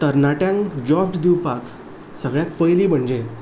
तरणाट्यांक जॉब्स दिवपाक सगळ्यांत पयलीं म्हणजे